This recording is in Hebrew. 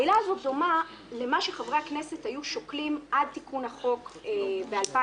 העילה הזאת דומה למה שחברי הכנסת היו שוקלים עד תיקון החוק ב-2005,